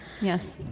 yes